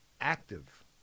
active